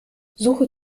suche